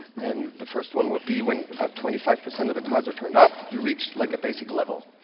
and the first one would be when about twenty five percent of the cards are turned up, you reach like a basic level.